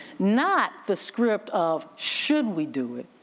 not the script of should we do it,